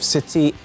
City